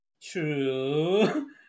True